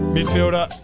Midfielder